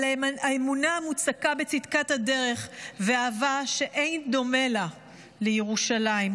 על האמונה המוצקה בצדקת הדרך ואהבה שאין דומה לה לירושלים.